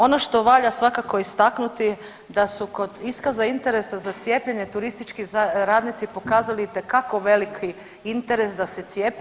Ono što valja svakako istaknuti da su kod iskaza interesa za cijepljenje turistički radnici pokazali itekako veliki interes da se cijepe.